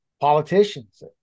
politicians